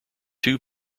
two